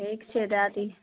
ठीक छै दए दी